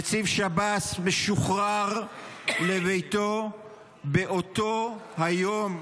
נציב שב"ס משוחרר לביתו באותו היום,